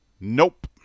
Nope